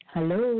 Hello